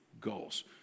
goals